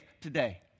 today